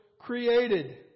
created